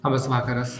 labas vakaras